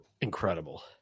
incredible